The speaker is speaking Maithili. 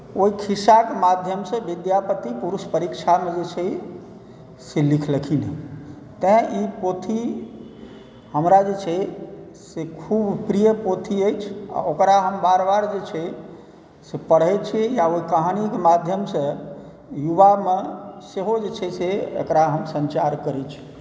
ओहि खिस्साकेँ माध्यमसँ विद्यापति से लिखलखिन हँ तैॅं ई पोथी हमरा जे छै से खुब प्रिय पोथी अइ आ ओकरा हम बार बार जे छै से पढ़ै छी आ ओहि कहानीकेँ माध्यमसँ युवामे सेहो जे छै से एकरा हम सञ्चार करै छी